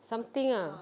something ah